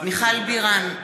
מיכל בירן,